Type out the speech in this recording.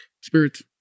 spirits